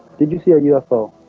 did you see a ufo?